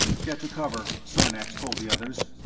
get to cover, sarnax told the others.